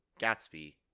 gatsby